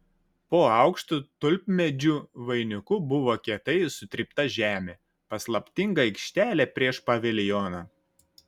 po aukštu tulpmedžių vainiku buvo kietai sutrypta žemė paslaptinga aikštelė prieš paviljoną